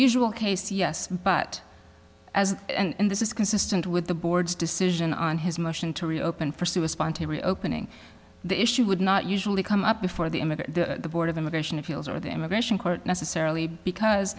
usual case yes but as and this is consistent with the board's decision on his motion to reopen pursue a spontaneous opening the issue would not usually come up before the image of the board of immigration appeals or the immigration court necessarily because